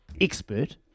expert